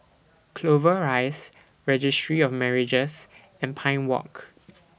Clover Rise Registry of Marriages and Pine Walk